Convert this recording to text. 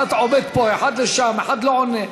אחד עומד פה, ואחד, לשם, ואחד, לא עונה.